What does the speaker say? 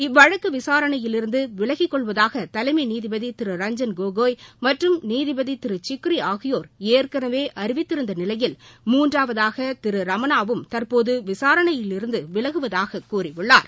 இவ்வழக்கு விசாரணையிலிருந்து விலகிக் கொள்வதாக தலைமை நீதிபதி திரு ரஞ்ஜன் கோகோய் மற்றும் நீதிபதி திரு சிக்ரி ஆகியோர் ஏற்கனவே அறிவித்திருந்த நிலையில் மூன்றாவதாக திரு ரமணாவும் தற்போது விசாரணையிலிருந்து விலகுவதாகக் கூறியுள்ளார்